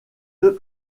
deux